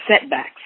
setbacks